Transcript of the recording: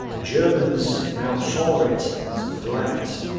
the germans now saw it as a threat.